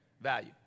value